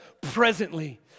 presently